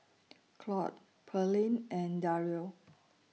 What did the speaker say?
Claud Pearlene and Dario